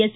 S